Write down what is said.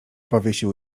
powiesił